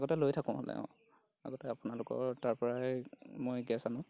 আগতে লৈ থাকোঁ হ'লে অঁ আগতে আপোনালোকৰ তাৰপৰাই মই গেছ আনো